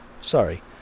Sorry